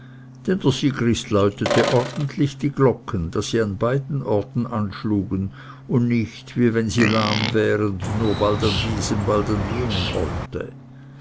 läutete ordentlich die glocken daß sie an beiden orten anschlugen und sucht wie wenn sie lahm wären nur bald all diesem bald an jenem orte